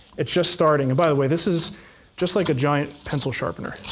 it's just starting. by the way, this is just like a giant pencil sharpener.